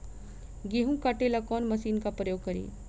गेहूं काटे ला कवन मशीन का प्रयोग करी?